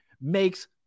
makes